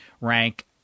Rank